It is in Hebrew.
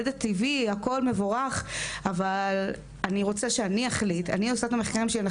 לא יכול להיות שזה יהיה ניתוח פרטי שעושות רק